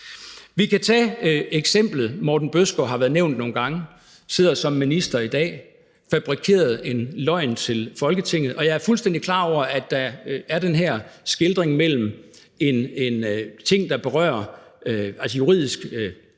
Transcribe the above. Vi kan tage et eksempel. Hr. Morten Bødskov har været nævnt nogle gange. Han sidder som minister i dag. Han fabrikerede en løgn til Folketinget. Og jeg er fuldstændig klar over, at der er den her skelnen mellem noget, der berører juridisk